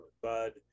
Bud